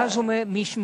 זה שנים,